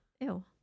Ew